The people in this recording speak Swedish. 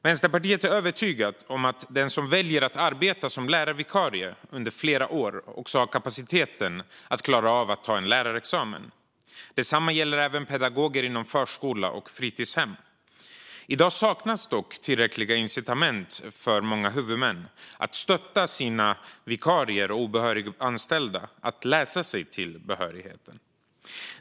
Vänsterpartiet är övertygat om att den som väljer att arbeta som lärarvikarie under flera år också har kapaciteten att klara av att ta en lärarexamen. Detsamma gäller även pedagoger inom förskola och fritidshem. I dag saknas dock tillräckliga incitament för många huvudmän att stötta sina vikarier och obehöriga anställda att läsa sig till behörighet.